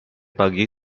pagi